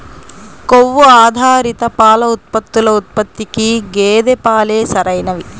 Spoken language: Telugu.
కొవ్వు ఆధారిత పాల ఉత్పత్తుల ఉత్పత్తికి గేదె పాలే సరైనవి